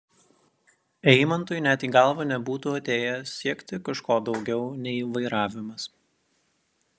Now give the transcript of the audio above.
eimantui net į galvą nebūtų atėję siekti kažko daugiau nei vairavimas